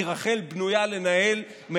כי רח"ל בנויה לנהל,